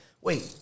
wait